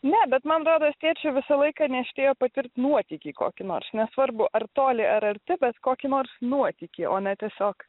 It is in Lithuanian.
ne bet man rodos tėčiui visą laiką niežtėjo patirt nuotykį kokį nors nesvarbu ar toli ar arti bet kokį nors nuotykį o ne tiesiog